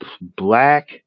black